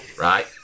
right